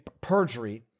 perjury